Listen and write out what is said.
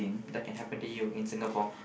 that can happen to you in Singapore